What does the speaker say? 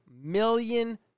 million